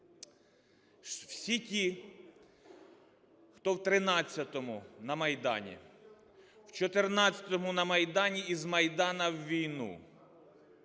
Всі ті, хто в 2013-му на Майдані, в 2014-му на Майдані, і з Майдана в війну,